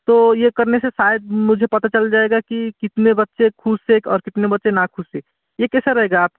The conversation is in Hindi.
तो ये करने से शायद मुझे पता चल जाएगा कि कितने बच्चे खुश थे और कितने बच्चे ना खुश थे ये कैसा रहेगा आपकी